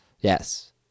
yes